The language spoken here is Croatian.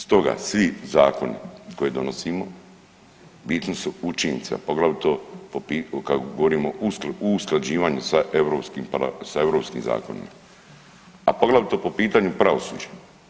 Stoga svi zakoni koje donosimo bitni su učinci, a poglavito kada govorimo o usklađivanju sa europskim zakonima, a poglavito po pitanju pravosuđa.